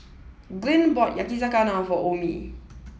Glynn bought Yakizakana for Omie